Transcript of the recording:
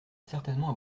certainement